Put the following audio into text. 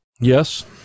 Yes